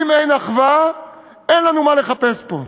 אם אין אחווה אין לנו מה לחפש פה.